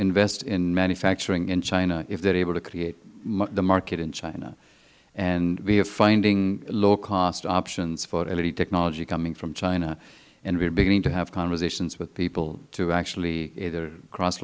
invest in manufacturing in china if they are able to create the market in china we are finding low cost options for led technology coming from china and we are beginning to have conversations with people to actually either cross